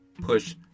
push